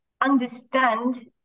understand